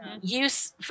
Use